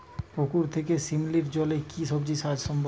পুকুর থেকে শিমলির জলে কি সবজি চাষ সম্ভব?